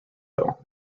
though